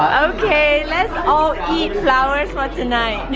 ok let's all eat flowers for tonight!